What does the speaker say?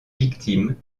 victimes